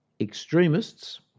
extremists